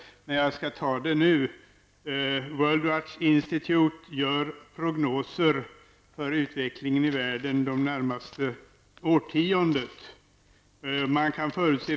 Men jag skall ta upp den saken nu. Det är nämligen så, att Worldwatch Institutes gör prognoser för av utvecklingen i världen för det närmaste årtiondet.